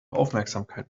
aufmerksamkeit